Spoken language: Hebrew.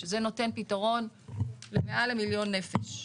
שזה נותן פתרון למעל מיליון נפש.